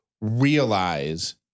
realize